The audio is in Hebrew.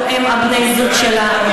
הם בני-הזוג שלנו,